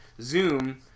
Zoom